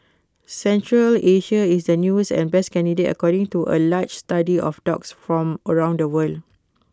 Central Asia is the newest and best candidate according to A large study of dogs from around the world